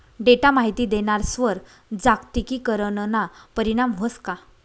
Data माहिती देणारस्वर जागतिकीकरणना परीणाम व्हस का?